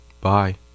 Bye